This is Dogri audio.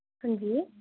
हां जी